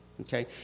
Okay